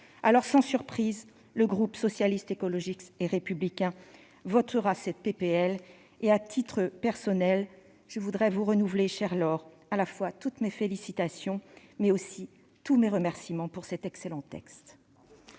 livre. Sans surprise, le groupe Socialiste, Écologiste et Républicain votera ce texte. À titre personnel, je vous renouvelle, chère Laure Darcos, toutes mes félicitations et tous mes remerciements pour cet excellent texte.